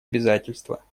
обязательства